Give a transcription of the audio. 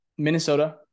Minnesota